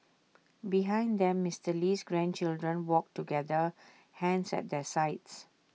behind them Mister Lee's grandchildren walked together hands at their sides